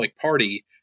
party